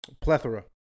Plethora